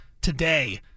today